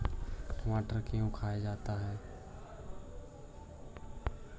टमाटर क्यों खाया जाता है?